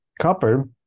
copper